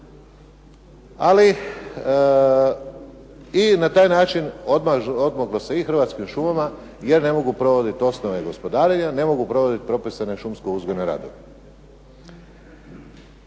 ali i na taj način odmoglo se i Hrvatskim šumama jer ne mogu provoditi osnove gospodarenja, ne mogu provoditi propisane šumsko-uzgojne radove.